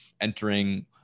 entering